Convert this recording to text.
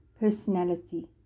personality